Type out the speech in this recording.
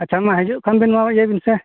ᱟᱪᱪᱷᱟ ᱢᱟ ᱦᱤᱡᱩᱜ ᱠᱷᱟᱱ ᱵᱤᱱ ᱱᱚᱜᱼᱚᱸᱭ ᱤᱭᱟᱹᱭ ᱵᱤᱱ ᱥᱮ